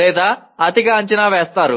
లేదా అతిగా అంచనా వేస్తారు